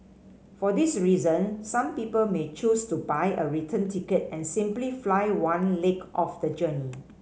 for this reason some people may choose to buy a return ticket and simply fly one leg of the journey